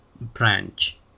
branch